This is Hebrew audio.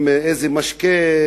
עם משקה,